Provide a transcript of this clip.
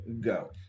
go